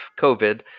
COVID